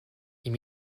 you